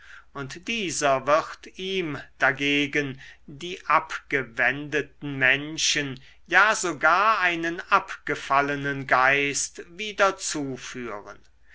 und dieser wird ihm dagegen die abgewendeten menschen ja sogar einen abgefallenen geist wieder zuführen